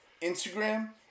Instagram